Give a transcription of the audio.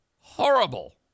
horrible